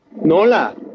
Nola